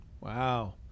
wow